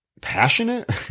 passionate